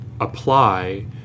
apply